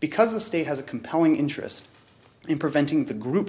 because the state has a compelling interest in preventing the group